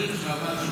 חברים שלך.